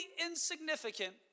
insignificant